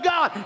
God